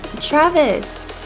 Travis